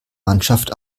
mannschaft